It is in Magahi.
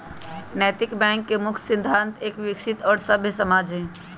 नैतिक बैंक के मुख्य सिद्धान्त एक विकसित और सभ्य समाज हई